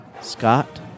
Scott